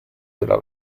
della